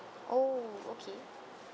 oh okay